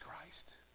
Christ